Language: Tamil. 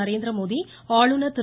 நரேந்திர மோடி ஆளுநர் திரு